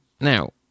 Now